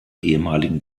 ehemaligen